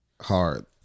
hard